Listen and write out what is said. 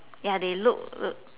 ya they look